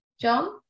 John